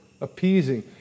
appeasing